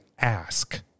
ask